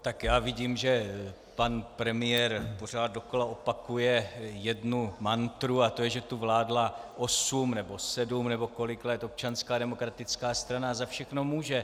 Tak já vidím, že pan premiér pořád dokola opakuje jednu mantru, a to je, že tu vládla osm nebo sedm nebo kolik let Občanská demokratická strana a za všechno může.